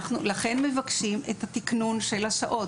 לכן אנחנו מבקשים את התקנון של השעות,